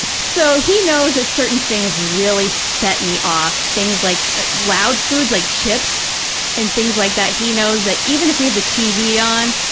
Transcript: so, he knows that certain things really set me off, things like ah loud foods, like chips and things like that. he knows that, even if we have the tv on,